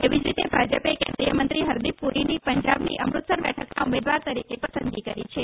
એવી જ રીતે ભાજપે કેન્દ્રીય મંત્રી હરદીપ પુરીની પંજાબની અમૃતસર બેઠકના ઉમેદવાર તરીકે પસંદગી કરી છે